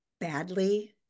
badly